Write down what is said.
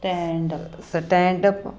stand up stand up